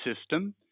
system